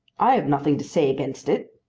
i have nothing to say against it,